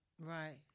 Right